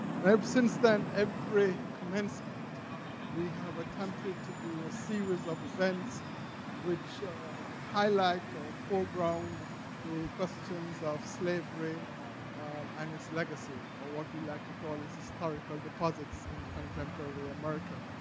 and ever since then, every commencement we have attempted to do a series of events which highlight or foreground the questions of slavery and its legacy, or what we like to call its historical deposits in contemporary america,